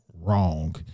wrong